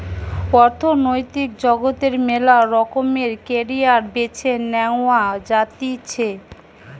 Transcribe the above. অর্থনৈতিক জগতে মেলা রকমের ক্যারিয়ার বেছে নেওয়া যাতিছে